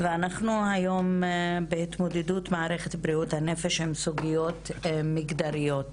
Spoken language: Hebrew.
ואנחנו עוסקים היום בהתמודדות מערכת בריאות הנפש עם סוגיות מגדריות.